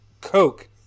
Coke